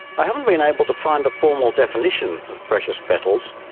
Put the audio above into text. i haven't been able to find a formal definition of precious petals,